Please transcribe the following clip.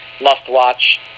must-watch